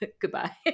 goodbye